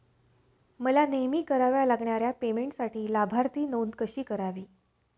मला नेहमी कराव्या लागणाऱ्या पेमेंटसाठी लाभार्थी नोंद कशी करावी?